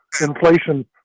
inflation